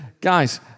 Guys